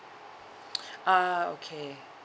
ah okay